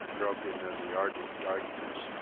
groping in the arctic darkness,